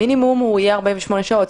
המינימום יהיה 48 שעות.